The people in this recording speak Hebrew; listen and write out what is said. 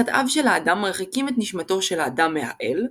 חטאיו של האדם מרחיקים את נשמתו של האדם מהאל,